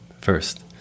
first